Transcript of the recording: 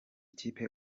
kipe